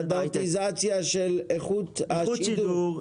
סטנדרטיזציה של איכות השידור.